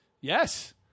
Yes